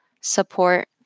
support